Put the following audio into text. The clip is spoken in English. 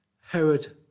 Herod